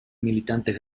militantes